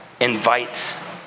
invites